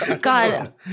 God